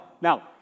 Now